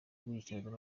gushyigikira